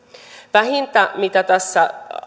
vähintä mitä tässä